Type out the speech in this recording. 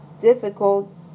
difficult